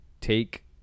take